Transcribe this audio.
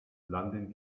landen